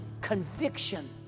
conviction